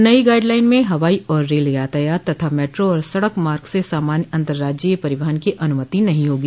नई guideline में हवाई और रेल यातायात तथा मेट्रो और सड़क मार्ग से सामान्य अतंराज्यीय परिवहन की अनुमति नहीं होगी